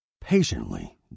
Patiently